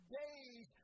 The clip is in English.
days